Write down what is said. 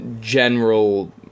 general